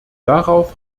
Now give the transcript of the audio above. darauf